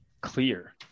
clear